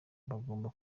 bagomba